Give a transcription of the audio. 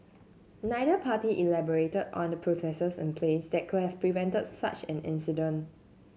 neither party elaborated on the processes in place that could have prevented such an incident